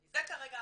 זה כרגע המצב.